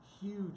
huge